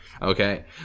Okay